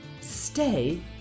stay